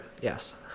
Yes